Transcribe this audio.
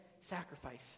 sacrifice